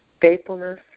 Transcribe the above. Faithfulness